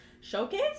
Showcase